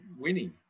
winning